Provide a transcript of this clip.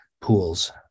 pools